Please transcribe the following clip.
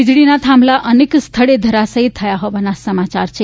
વીજળીના થાંભલા અનેક સ્થળે ધરાશાયી થયા હોવાના સમાચાર છે